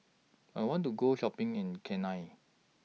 I want to Go Shopping in Cayenne